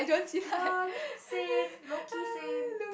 lol same lowkey same